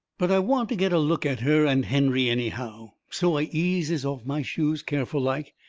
but i want to get a look at her and henry, anyhow. so i eases off my shoes, careful-like,